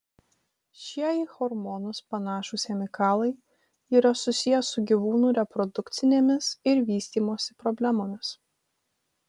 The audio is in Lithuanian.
šie į hormonus panašūs chemikalai yra susiję su gyvūnų reprodukcinėmis ir vystymosi problemomis